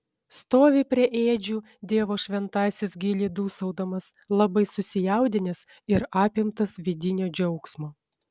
stovi prie ėdžių dievo šventasis giliai dūsaudamas labai susijaudinęs ir apimtas vidinio džiaugsmo